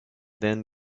then